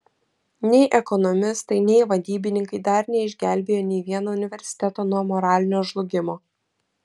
nei ekonomistai nei vadybininkai dar neišgelbėjo nei vieno universiteto nuo moralinio žlugimo